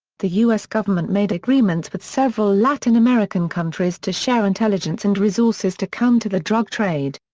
the u s. government made agreements with several latin american countries to share intelligence and resources to counter the drug trade.